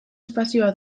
espazioa